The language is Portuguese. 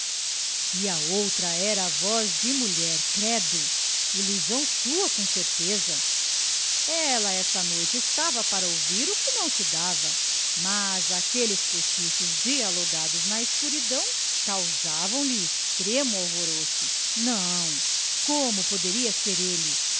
e a outra era voz de mulher credo ilusão sua com certeza ela essa noite estava para ouvir o que não se dava mas aqueles cochichos dialogados na escuridão causavam lhe extremo alvoroço não como poderia ser ele